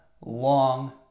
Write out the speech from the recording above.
long